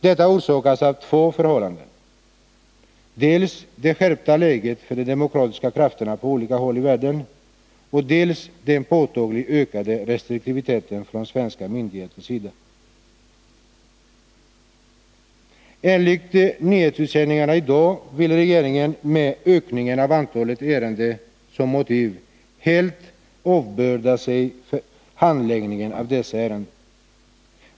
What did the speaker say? Detta orsakas av två förhållanden, dels det skärpta läget för de demokratiska krafterna på olika håll i världen, dels den påtagligt ökade restriktiviteten från svenska myndigheters sida. Enligt nyhetsutsändningarna i dag vill regeringen med ökningen av antalet ärenden som motiv helt avbörda sig handläggningen av dessa ärenden.